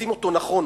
עושים אותו נכון,